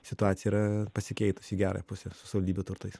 situacija yra pasikeitus į gerąją pusę su savaldybių turtais